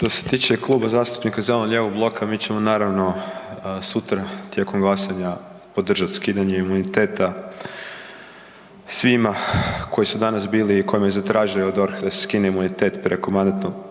Što se tiče Kluba zastupnika zeleno-lijevog bloka mi ćemo naravno sutra tijekom glasanja podržat skidanje imuniteta svima koji su danas bili i kojima je zatražio DORH da se skine imunitet preko MIP-a